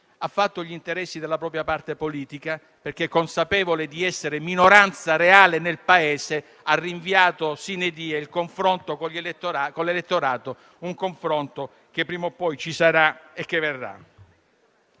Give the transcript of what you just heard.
fatto gli interessi della propria parte politica, perché, consapevole di essere minoranza reale nel Paese, ha rinviato *sine die* il confronto con l'elettorato; un confronto che prima o poi ci sarà e verrà.